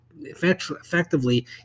effectively